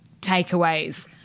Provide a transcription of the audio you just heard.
takeaways